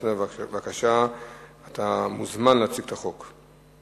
אתה מוזמן להציג את החוק.